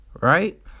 right